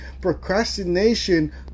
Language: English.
Procrastination